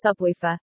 subwoofer